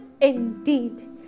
indeed